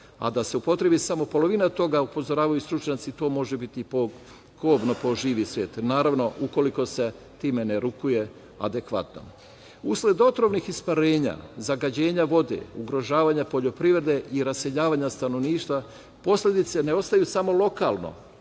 Da se upotrebi samo polovina toga upozoravaju stručnjaci, to može biti kobno po živi svet, naravno ukoliko se time ne rukuje adekvatno. Usled otrovnih isparenja, zagađenja vode, ugrožavanja poljoprivrede i raseljavanja stanovništva posledice ne ostaju samo lokalno,